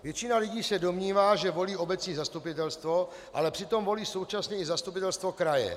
Většina lidí se domnívá, že volí obecní zastupitelstvo, ale přitom volí současně i zastupitelstvo kraje.